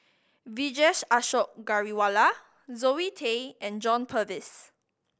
Vijesh Ashok Ghariwala Zoe Tay and John Purvis